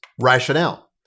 rationale